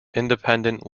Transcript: independent